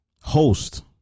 host